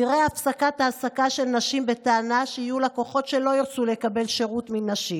נראה הפסקת העסקה של נשים בטענה שיהיו לקוחות שלא ירצו לקבל שירות מנשים